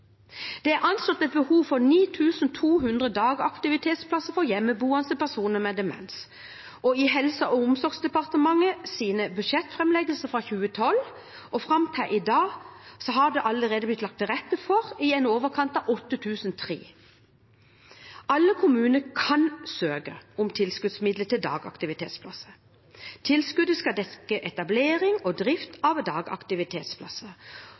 Det er anslått et behov på 9 200 dagaktivitetsplasser for hjemmeboende personer med demens. I Helse- og omsorgsdepartementets budsjettframleggelser fra 2012 og fram til i dag er det allerede lagt til rette for i overkant av 8 300 plasser. Alle kommuner kan søke om tilskuddsmidler til dagaktivitetsplasser. Tilskuddet skal dekke etablering og drift av dagaktivitetsplasser. Som flere representanter har sagt, dekker staten i dag